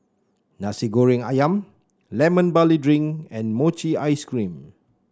Nasi Goreng ayam Lemon Barley Drink and Mochi Ice Cream